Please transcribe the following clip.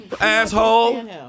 Asshole